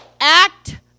act